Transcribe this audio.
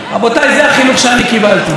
רבותיי, זה החינוך שאני קיבלתי.